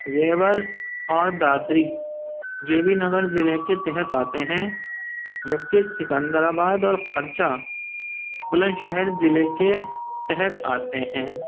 زیور اور Dadri J B Nagar ضلع کے تحت آتے ہیں جبکہ سکندر آباد اور خرچا بلند شہر ضلع کے تحت آتے ہیں